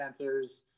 sensors